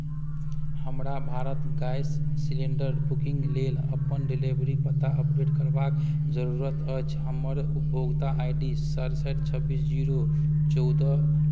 हमरा Bharat gas cylinder booking लेल अपन डिलेवरी पता अपडेट करबाक जरूरत अछि हमर उपभोक्ता आइ डी सरसठि छब्बीस जीरो चौदह